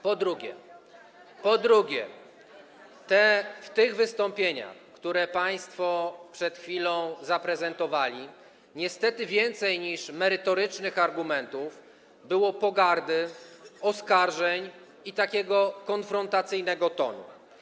Po drugie, w tych wystąpieniach, które państwo przed chwilą zaprezentowali, niestety więcej niż merytorycznych argumentów było pogardy, oskarżeń i takiego konfrontacyjnego tonu.